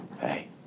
Hey